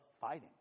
fighting